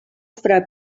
fra